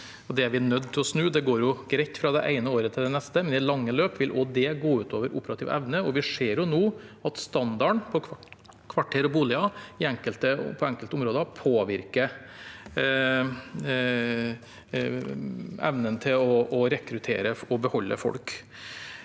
Det er vi nødt til å snu. Det går greit fra det ene året til det neste, men i det lange løp vil også det gå ut over operativ evne. Vi ser nå at standarden på kvarterer og boliger på enkelte områder påvirker evnen til å rekruttere og beholde folk.